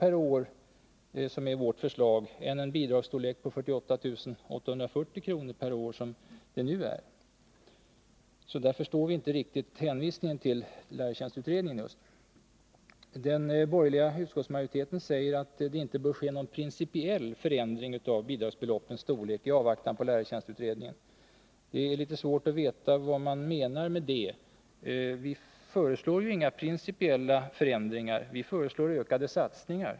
per år, som är vårt förslag, än en bidragsstorlek på 48 840 kr. per år, vilket är den nuvarande nivån. Vi förstår därför inte riktigt den hänvisning som görs till lärartjänstutredningen. Den borgerliga utskottsmajoriteten säger att det i avvaktan på lärartjänstutredningen inte bör ske någon principiell förändring av bidragsbeloppens storlek. Det är litet svårt att veta vad man menar med det. Vi föreslår inga principiella förändringar. Vi föreslår helt enkelt ökade satsningar.